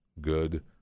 Good